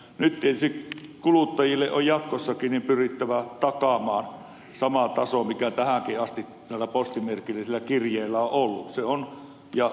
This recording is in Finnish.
nyt tietysti kuluttajille on jatkossakin pyrittävä takaamaan sama taso kuin tähänkin asti näillä postimerkillisillä kirjeillä on ollut ja sama taso peruspostipalveluissa